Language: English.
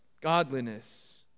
godliness